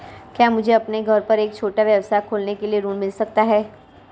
क्या मुझे अपने घर पर एक छोटा व्यवसाय खोलने के लिए ऋण मिल सकता है?